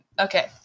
okay